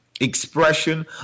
expression